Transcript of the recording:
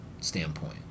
standpoint